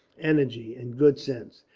energy, and good sense.